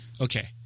Okay